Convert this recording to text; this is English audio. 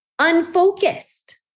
unfocused